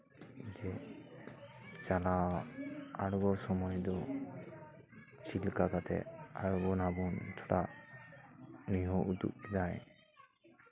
ᱡᱮ ᱪᱟᱞᱟᱣᱚᱜ ᱟᱬᱜᱚ ᱥᱚᱢᱚᱭ ᱫᱚ ᱪᱮᱫ ᱞᱮᱠᱟ ᱠᱟᱛᱮ ᱟᱬᱜᱳ ᱱᱟᱵᱚᱱ ᱛᱷᱚᱲᱟ ᱩᱱᱤ ᱦᱚᱸ ᱩᱫᱩᱜ ᱠᱮᱫᱟᱭ